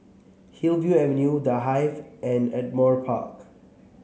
Hillview Avenue The Hive and Ardmore Park